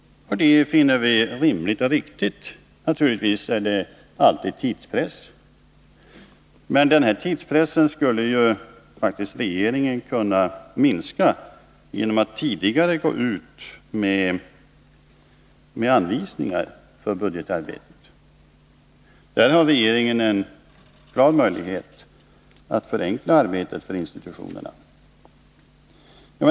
Det finner vi rimligt och riktigt. Naturligtvis är det alltid tidspress. Men den tidspressen skulle regeringen kunna minska genom att tidigare gå ut med anvisningar för budgetarbetet. Där har regeringen en möjlighet att förenkla arbetet för institutionerna.